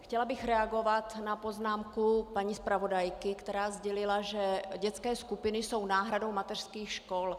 Chtěla bych reagovat na poznámku paní zpravodajky, která sdělila, že dětské skupiny jsou náhradou mateřských škol.